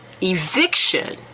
eviction